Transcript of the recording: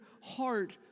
heart